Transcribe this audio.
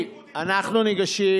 הבן אדם היה מובטל, הליכוד המציא אותו.